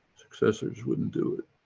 successors wouldn't do it.